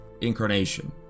incarnation